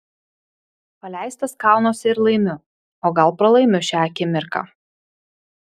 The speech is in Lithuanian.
paleistas kaunuosi ir laimiu o gal pralaimiu šią akimirką